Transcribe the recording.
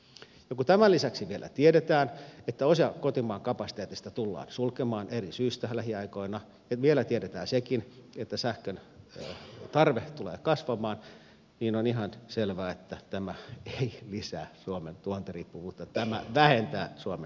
ja kun tämän lisäksi vielä tiedetään että osa kotimaan kapasiteetista tullaan sulkemaan eri syistä lähiaikoina ja vielä tiedetään sekin että sähkön tarve tulee kasvamaan niin on ihan selvää että tämä ei lisää suomen tuontiriippuvuutta tämä vähentää suomen tuontiriippuvuutta